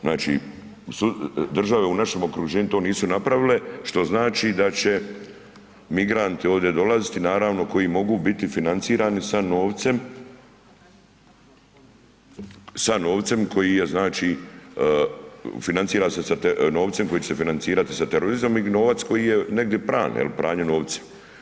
Znači države u našem okruženju to nisu napravile što znači da će migranti ovdje dolaziti, naravno koji mogu biti financirani sa novcem koji je znači financira se sa novcem koji će se financirati sa terorizmom ili novac koji je negdje pran jel pranje novca.